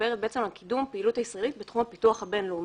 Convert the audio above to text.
שמדברת על קידום הפעילות הישראלית בתחום הפיתוח הבין-לאומי,